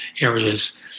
areas